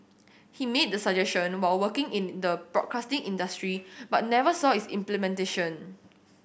he made the suggestion while working in the broadcasting industry but never saw its implementation